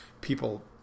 People